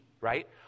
right